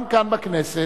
גם כאן בכנסת,